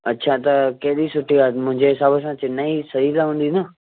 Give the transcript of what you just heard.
अच्छा त कहिड़ी सुठी आहे मुंहिंजे हिसाब सां चेन्नई सही रहंदी न